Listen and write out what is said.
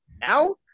now